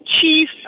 Chief